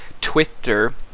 Twitter